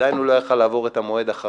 עדיין הוא לא יכול היה לעבור את המועד אחריו,